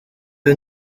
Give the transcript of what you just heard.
iyo